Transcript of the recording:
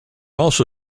also